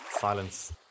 silence